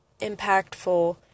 impactful